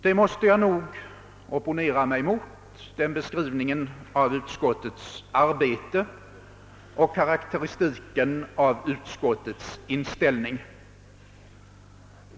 Jag måste nog opponera mig mot denna beskrivning av utskottets arbete och karakteristiken av dess inställning.